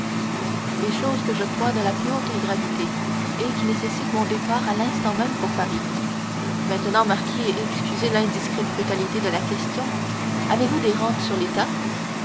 des choses que je crois de la plus haute gravité et qui nécessitent mon départ à l'instant même pour paris maintenant marquis excusez l'indiscrète brutalité de la question avez-vous des rentes sur l'état